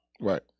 Right